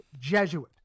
jesuit